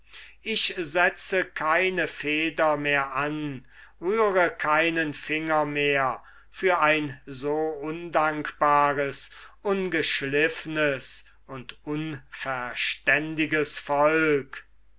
ich setze keine feder mehr an rühre keinen finger mehr für ein so undankbares ungeschliffnes und unverständiges volk